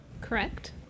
Correct